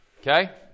Okay